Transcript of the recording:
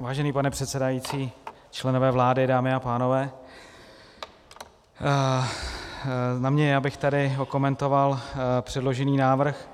Vážený pane předsedající, členové vlády, dámy a pánové, na mně je, abych tady okomentoval předložený návrh,